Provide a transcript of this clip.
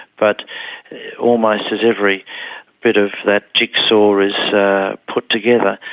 but almost as every bit of that jigsaw is put together,